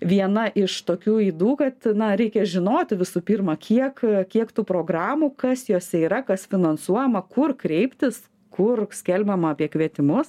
viena iš tokių ydų kad na reikia žinoti visų pirma kiek kiek tų programų kas jose yra kas finansuojama kur kreiptis kur skelbiama apie kvietimus